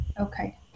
okay